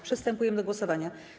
Przystępujemy do głosowania.